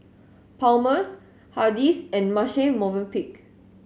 Palmer's Hardy's and Marche Movenpick